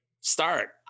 start